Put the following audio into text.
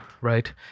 right